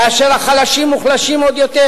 כאשר החלשים מוחלשים עוד יותר?